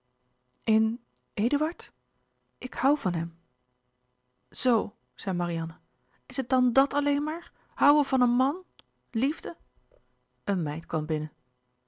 eduard ik hoû van hem zoo zei marianne is het dan dàt alleen maar hoûen van een man liefde een meid kwam binnen